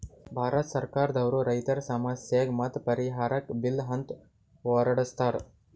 ಭಾರತ್ ಸರ್ಕಾರ್ ದವ್ರು ರೈತರ್ ಸಮಸ್ಯೆಗ್ ಮತ್ತ್ ಪರಿಹಾರಕ್ಕ್ ಬಿಲ್ ಅಂತ್ ಹೊರಡಸ್ತಾರ್